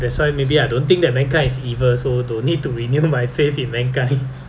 that's why maybe I don't think that mankind is evil so don't need to renew my faith in mankind